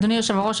אדוני היושב-ראש,